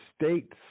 States